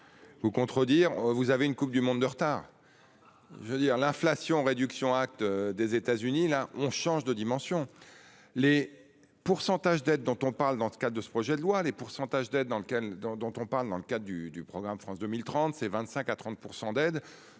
Vous contredire vous avez une Coupe du monde de retard. Je veux dire l'inflation réduction Act des États-Unis, là on change de dimension. Les pourcentages d'aide dont on parle dans le cas de ce projet de loi les pourcentages d'être dans lequel dont dont on parle dans le cas du du programme. France 2030, c'est 25 à 30% d'aide